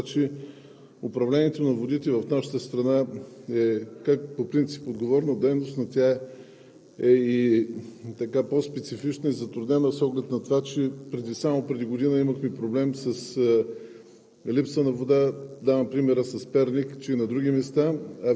В това отношение бих искал да кажа, че всичко е в контекста на това, че управлението на водите в нашата страна по принцип е отговорна дейност, но тя е и по-специфична и затруднена, с оглед на това че само преди година имахме проблем с